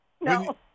No